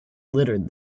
littered